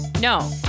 No